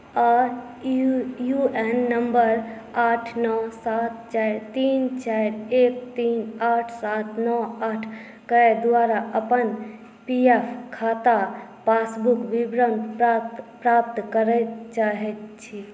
आओर U A N नम्बर आठ नओ सात चारि तीन चारि एक तीन आठ सात नओ आठके द्वारा अपन पी एफ खाता पासबुक विवरण प्राप्त करै चाहै छी